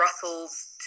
Brussels